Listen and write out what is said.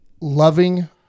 loving